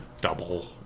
double